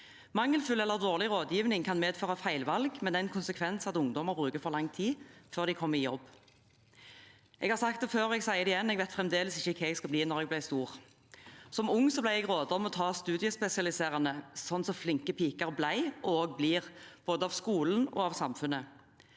Mangelfull eller dårlig rådgivning kan medføre feilvalg, med den konsekvens at ungdommer bruker for lang tid før de kommer i jobb. Jeg har sagt det før, og jeg sier det igjen: Jeg vet fremdeles ikke hva jeg skal bli når jeg blir stor. Som ung ble jeg rådet til å ta studiespesialiserende, slik flinke piker ble og fortsatt blir, både av skolen og av samfunnet.